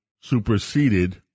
superseded